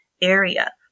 area